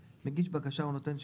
אין לי מייל שאני יכול לפנות אליו,